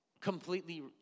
completely